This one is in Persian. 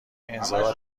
انزوا